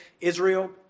Israel